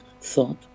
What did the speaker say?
thought